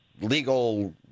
legal